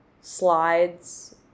slides